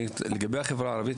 לגבי החברה הערבית,